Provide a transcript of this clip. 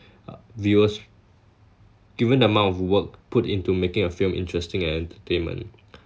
uh viewers given the amount of work put into making a film interesting and entertainment